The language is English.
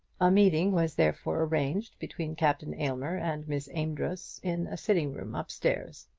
a meeting was therefore arranged between captain aylmer and miss amedroz in a sitting-room up-stairs.